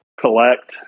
collect